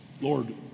Lord